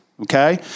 Okay